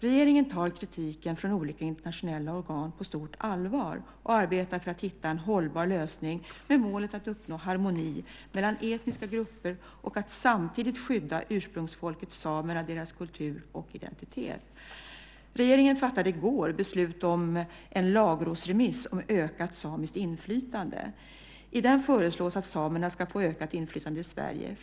Regeringen tar kritiken från olika internationella organ på stort allvar och arbetar för att hitta en hållbar lösning med målet att uppnå harmoni mellan etniska grupper och att samtidigt skydda ursprungsfolket samerna, deras kultur och identitet. Regeringen fattade i går beslut om en lagrådsremiss om ökat samiskt inflytande. I den föreslås att samerna ska få ökat inflytande i Sverige.